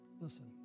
Listen